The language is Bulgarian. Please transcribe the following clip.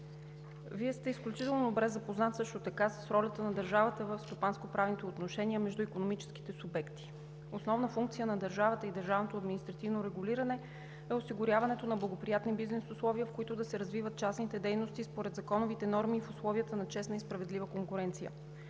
Вие сте изключително добре запознат също така с ролята на държавата в стопанско-правните отношения между икономическите субекти. Основна функция на държавата и държавното административно регулиране е осигуряването на благоприятни бизнес условия, в които да се развиват частните дейности, според законовите норми в условията на честна и справедлива конкуренция.